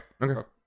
Okay